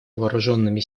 вооруженными